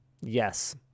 Yes